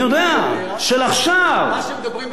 מה שמדברים בחדרי חדרים מדברים בעיתון?